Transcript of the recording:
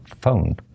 phone